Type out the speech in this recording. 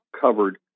covered